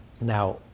Now